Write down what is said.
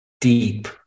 deep